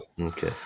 okay